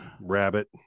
Rabbit